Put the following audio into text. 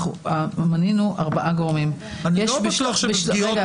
מנינו ארבעה גורמים --- אני לא בטוח שבפגיעות